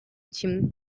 kimwe